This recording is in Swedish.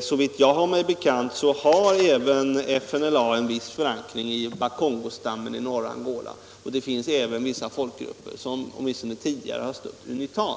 Såvitt jag har mig bekant har även FNLA en viss Nr 32 förankring i Bakongostammen i norra Angola. Det finns även vissa folk Tisdagen den grupper som åtminstone tidigare stött UNITA.